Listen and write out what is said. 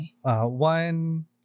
One